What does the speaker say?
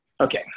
Okay